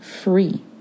free